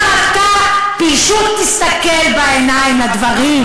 זה עדיין לא אותו דבר.